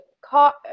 car